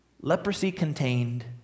leprosy-contained